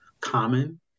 common